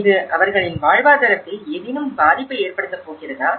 இது அவர்களின் வாழ்வாதாரத்தில் ஏதேனும் பாதிப்பை ஏற்படுத்தப் போகிறதா